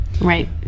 Right